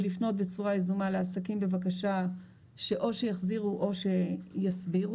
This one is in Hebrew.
ולפנות בצורה יזומה לעסקים בבקשה שאו שיחזירו או שיסבירו.